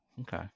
Okay